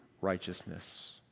righteousness